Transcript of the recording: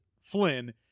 Flynn